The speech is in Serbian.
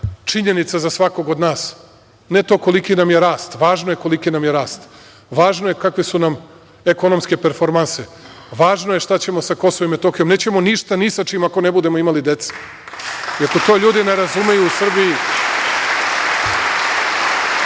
činjenica za svakog od nas, ne to koliki nam je rast, važno je koliki nam je rast, važno je kakve su nam ekonomske performanse, važno je šta ćemo sa Kosovom i Metohijom. Nećemo ništa ni sa čim ako ne budemo imali dece, iako to ljudi ne razumeju u Srbiji. Dakle,